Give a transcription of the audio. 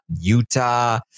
Utah